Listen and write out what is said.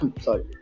Sorry